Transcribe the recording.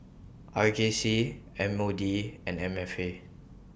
R J C M O D and M F A